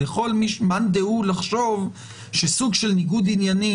אז יכול מאן דהוא לחשוב שסוג של ניגוד עניינים